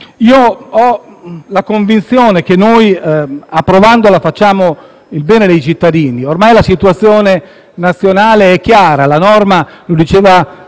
Io ho la convinzione che noi, approvandola, facciamo il bene dei cittadini. Ormai la situazione nazionale è chiara. La norma, il diritto